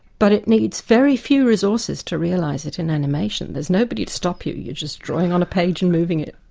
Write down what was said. but it needs very few resources to realise it in animation. there's nobody to stop you, you're just drawing on a page and moving it.